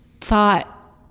thought